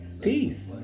peace